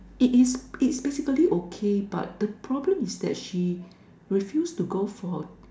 it is it's basically okay but the problem is that she refuse to go for